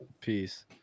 Peace